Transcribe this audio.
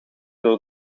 door